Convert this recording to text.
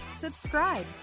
subscribe